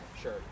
Sure